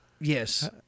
yes